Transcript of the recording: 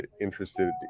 interested